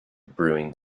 brewing